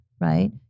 right